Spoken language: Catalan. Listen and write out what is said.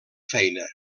feina